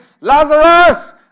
Lazarus